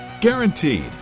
Guaranteed